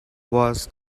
was